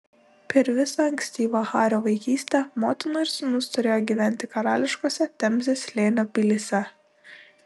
per visą ankstyvą hario vaikystę motina ir sūnus turėjo gyventi karališkose temzės slėnio pilyse